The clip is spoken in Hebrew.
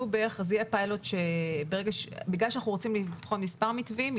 בגלל שאנחנו רוצים לבחון מספר מתווים,